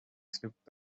slipped